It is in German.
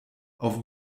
auf